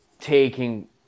taking